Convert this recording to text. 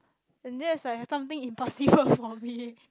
and that's like something impossible for me